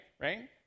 right